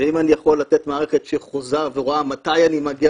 ואם אני יכול לתת מערכת שחוזה ורואה מתי אני מגיע